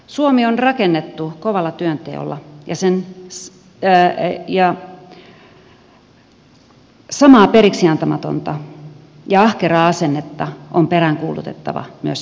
suomi on rakennettu kovalla työnteolla ja samaa periksiantamatonta ja ahkeraa asennetta on peräänkuulutettava myös jatkossa